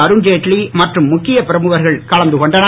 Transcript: அருண் ஜேட்லி மற்றும் முக்கிய பிரமுகர்கள் கலந்து கொண்டனர்